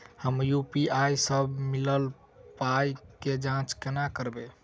हम यु.पी.आई सअ मिलल पाई केँ जाँच केना करबै?